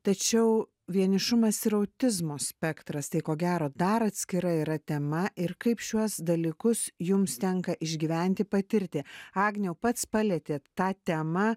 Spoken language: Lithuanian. tačiau vienišumas ir autizmo spektras tai ko gero dar atskira yra tema ir kaip šiuos dalykus jums tenka išgyventi patirti agniau pats palietėt tą temą